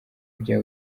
bya